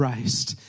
Christ